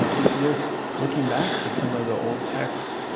so it's worth looking back to some of the old texts,